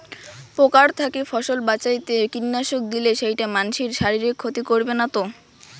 পোকার থাকি ফসল বাঁচাইতে কীটনাশক দিলে সেইটা মানসির শারীরিক ক্ষতি করিবে না তো?